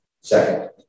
Second